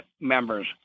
members